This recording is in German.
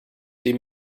dem